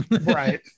right